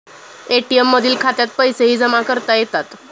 ATM मधील खात्यात पैसेही जमा करता येतात